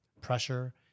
pressure